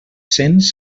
cents